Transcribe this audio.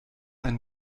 ein